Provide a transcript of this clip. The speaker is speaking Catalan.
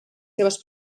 seves